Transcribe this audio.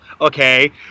okay